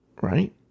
Right